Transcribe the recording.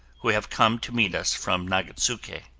who have come to meet us from nagatsuke.